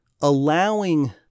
allowing